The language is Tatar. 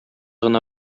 гына